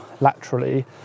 laterally